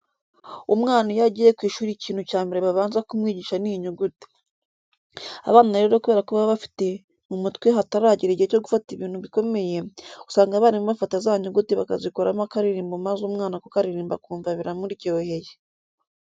Umwana iyo agiye ku ishuri ikintu cya mbere babanza kumwigisha ni inyuguti. Abana rero kubera ko baba bafite mu mutwe hataragera igihe cyo gufata ibintu bikomeye, usanga abarimu bafata za nyuguti bakazikoramo akaririmbo maze umwana kukaririmba akumva biramuryoheye.